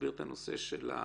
להסביר את הנושא של התקופה.